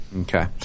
Okay